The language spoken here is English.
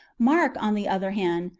mark, on the other hand,